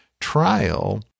trial